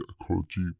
ecology